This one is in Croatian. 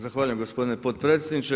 Zahvaljujem gospodine potpredsjedniče.